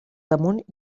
damunt